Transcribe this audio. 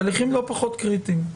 בהליכים לא פחות קריטיים,